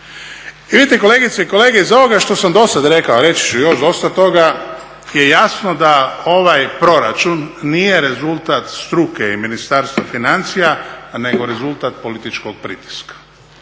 Vidite, kolegice i kolege, iz ovoga što sam do sad rekao, a reći još dosta toga je jasno da ovaj proračun nije rezultat struke i Ministarstva financija, nego rezultat političkog pritiska